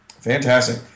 fantastic